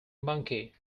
monkey